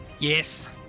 yes